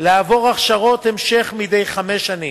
לעבור הכשרות המשך מדי חמש שנים.